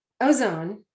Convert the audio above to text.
ozone